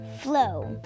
flow